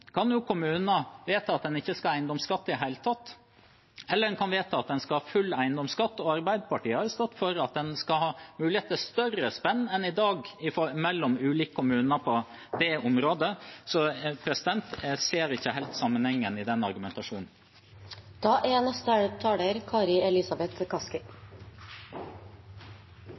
kan jo vedta at en ikke skal ha eiendomsskatt i det hele tatt, eller en kan vedta at en skal ha full eiendomsskatt. Arbeiderpartiet har stått for at en skal ha mulighet til større spenn enn i dag mellom ulike kommuner på det området, så jeg ser ikke helt sammenhengen i den argumentasjonen. Formuesskatten er